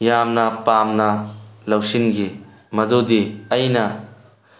ꯌꯥꯝꯅ ꯄꯥꯝꯅ ꯂꯧꯁꯤꯟꯈꯤ ꯃꯗꯨꯗꯤ ꯑꯩꯅ